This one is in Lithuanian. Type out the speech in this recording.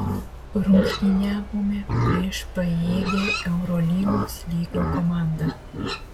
rungtyniavome prieš pajėgią eurolygos lygio komandą